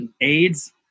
AIDS